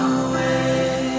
away